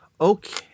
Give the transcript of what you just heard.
okay